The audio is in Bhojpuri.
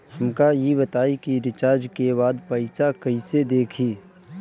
हमका ई बताई कि रिचार्ज के बाद पइसा कईसे देखी?